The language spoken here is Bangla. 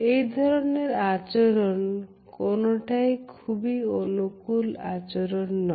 এ ধরনের আচরণ কোনটাই খুব অনুকূল আচরণ নয়